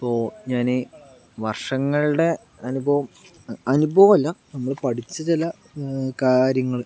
അപ്പോൾ ഞാന് വർഷങ്ങളുടെ അനുഭവം അനുഭവമല്ല നമ്മള് പഠിച്ച ചില കാര്യങ്ങൾ